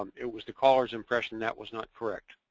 um it was the caller's impression that was not correct.